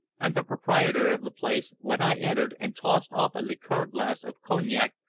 and the proprietor of the place, when i entered and tossed off a liqueur-glass of cognac,